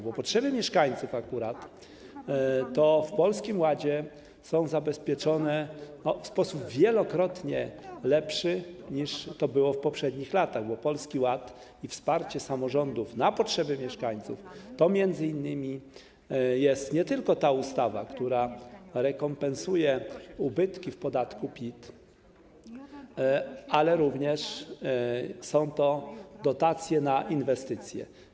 Akurat potrzeby mieszkańców w Polskim Ładzie są zabezpieczone w sposób wielokrotnie lepszy, niż to było w poprzednich latach, bo Polski Ład i wsparcie samorządów na potrzeby mieszkańców to m.in. jest nie tylko ta ustawa, która rekompensuje ubytki w podatku PIT, ale również są to dotacje na inwestycje.